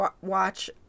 watch